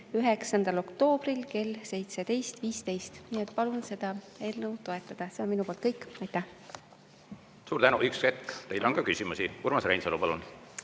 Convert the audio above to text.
29. oktoobril kell 17.15. Palun seda eelnõu toetada. See on minu poolt kõik. Aitäh! Suur tänu! Üks hetk, teile on ka küsimusi. Urmas Reinsalu, palun!